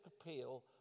appeal